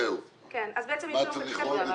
מה צריך עוד?